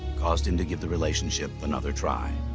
caused him to give the relationship another try.